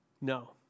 No